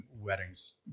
weddings